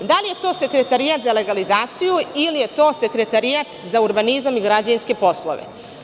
Da li je to Sekretarijat za legalizaciju, ili je to Sekretarijat za urbanizam i građevinske poslove?